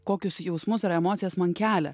kokius jausmus ir emocijas man kelia